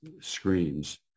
screens